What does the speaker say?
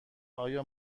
آیا